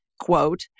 Quote